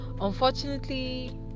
unfortunately